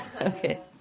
Okay